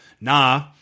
nah